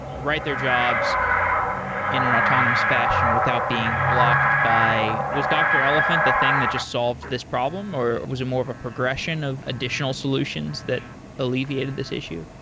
write their jobs in an autonomous fashion without being blocked by was dr. elephant the thing that just solved this problem, or was it more of a progression of additional solutions that alleviated this issue?